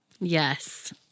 Yes